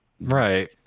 right